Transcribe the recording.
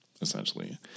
essentially